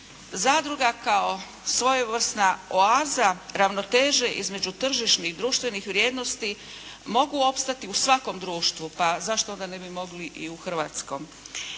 Zadruga kao svojevrsna oaza ravnoteže između tržišnih, društvenih vrijednosti mogu opstati u svakom društvu, pa zašto ne bi mogli i u hrvatskom.